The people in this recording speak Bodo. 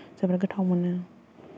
जोबोर गोथाव मोनो